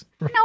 No